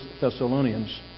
Thessalonians